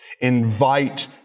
invite